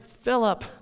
Philip